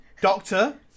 doctor